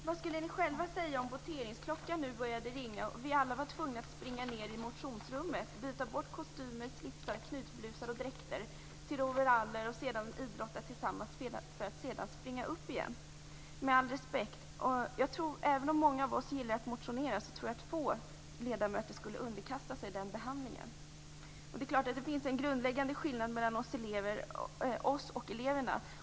Vad skulle ni själva säga om voteringsklockan nu började ringa och vi alla var tvungna att springa ned i motionsrummet; byta kostymer, slipsar, knytblusar och dräkter mot overaller och sedan idrotta tillsammans och därefter springa upp igen? Med all respekt så tror jag att få ledamöter - även om många av oss gillar att motionera - skulle underkasta sig den behandlingen. Det är dock klart att det finns en grundläggande skillnad mellan oss och eleverna.